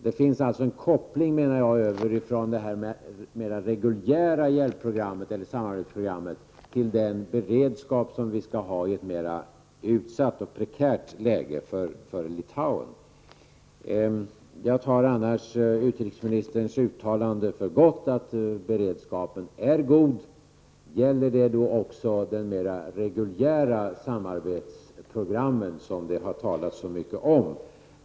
Jag anser att det finns en koppling från detta mer reguljära hjälpprogram eller samarbetsprogram till den beredskap som vi skall ha i ett mer utsatt och prekärt läge för Litauen. Jag tar annars utrikesministerns uttalande för gott att beredskapen är god. Gäller det även de mer reguljära samarbetsprogrammen som det har talats så mycket om?